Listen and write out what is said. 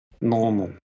normal